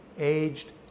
aged